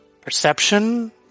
Perception